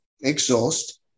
exhaust